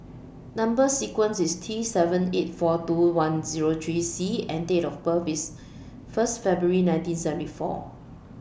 Number sequence IS T seven eight four two one Zero three C and Date of birth IS First February nineteen seventy four